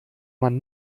man